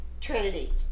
Trinity